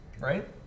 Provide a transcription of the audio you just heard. Right